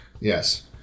Yes